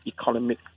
economic